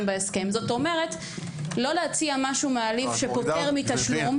בהסכם כלומר לא להציע משהו מעליב שפוטר מתשלום,